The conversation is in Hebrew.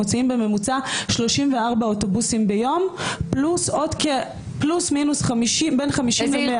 מוציאים בממוצע 34 אוטובוסים ביום פלוס מינוס בין 50 ל-100.